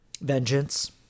vengeance